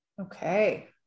Okay